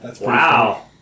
Wow